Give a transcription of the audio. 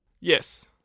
Yes